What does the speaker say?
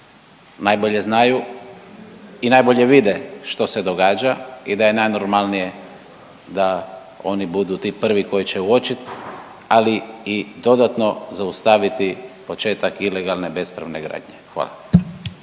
najbolje znaju i najbolje vide što se događa i da je najnormalnije da oni budu ti prvi koji će uočiti, ali i dodatno zaustaviti početak ilegalne bespravne gradnje? Hvala.